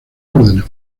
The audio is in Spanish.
órdenes